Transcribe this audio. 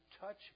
touch